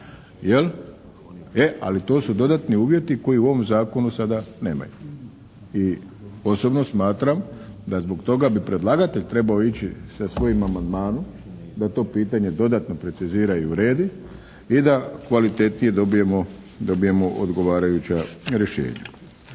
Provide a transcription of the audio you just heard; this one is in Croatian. jel', e a to su dodatni uvjeti koji u ovom zakonu sada nemaju. I osobno smatram da zbog toga bi predlagatelj trebao ići sa svojim amandmanom da to pitanje dodatno precizira i uredi i da kvalitetnije dobijemo odgovarajuća rješenja.